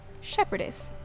shepherdess